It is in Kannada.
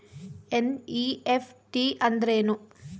ಎನ್.ಇ.ಎಫ್.ಟಿ ಅಂದ್ರೆನು?